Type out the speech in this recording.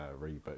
reboot